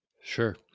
Sure